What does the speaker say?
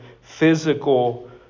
physical